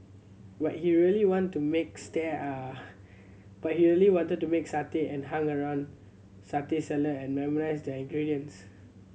but he really wanted to make stare are but he really wanted to make satay and hung around satay seller and memorized their ingredients